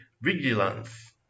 vigilance